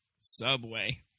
Subway